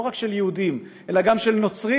לא רק של יהודים אלא גם של נוצרים,